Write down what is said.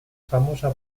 famosa